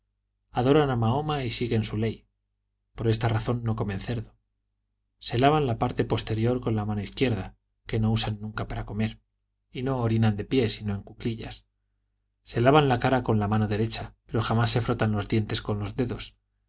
adoran a mahoma y siguen su ley por esta razón no comen cerdo se lavan la parte posterior con la mano izquierda que no usan nunca para comer y no orinan de pie sino en cuclillas se lavan la cara con la mano derecha pero jamás se frotan los dientes con los dedos